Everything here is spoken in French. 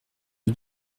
aux